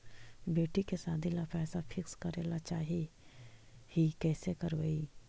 बेटि के सादी ल पैसा फिक्स करे ल चाह ही कैसे करबइ?